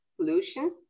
pollution